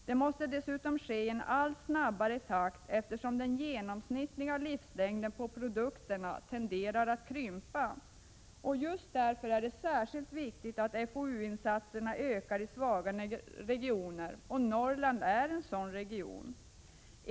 Detta måste dessutom ske i en allt snabbare takt, eftersom den genomsnittliga livslängden på produkterna tenderar att krympa. Just därför är det särskilt viktigt att fou-insatserna ökar i svaga regioner. Norrland är en sådan region.